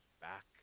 back